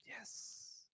Yes